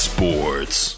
Sports